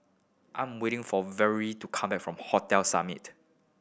I'm waiting for Valorie to come back from Hotel Summit